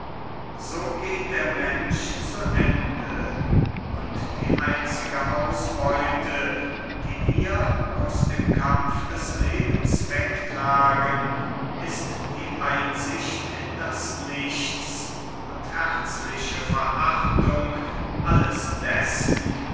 so geht der mensch zu ende und die einzige ausbeute die wir aus dem kampf des lebens wegtragen ist die einsicht in das nichts und herzliche verachtung alles dessen